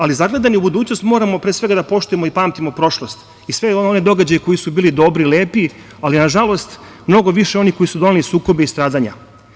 Ali zagledani u budućnost moramo pre svega da poštujemo i pamtimo prošlost i sve one događaje koji su bili dobri, lepi, ali nažalost mnogo više onih koji doneli sukobe i stradanja.